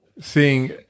Seeing